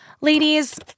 Ladies